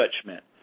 judgment